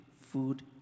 food